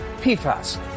PFAS